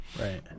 Right